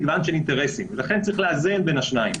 השניים.